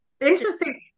Interesting